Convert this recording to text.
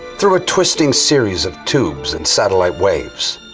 through a twisting series of tubes and satellite waves,